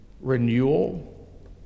renewal